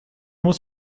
muss